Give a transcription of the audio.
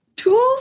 tools